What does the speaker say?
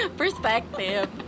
perspective